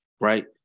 Right